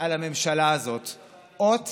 זאת אומרת,